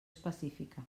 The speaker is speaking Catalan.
específica